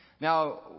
Now